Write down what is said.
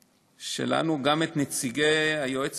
שלנו, גם את נציגי היועץ